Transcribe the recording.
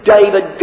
David